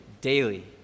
daily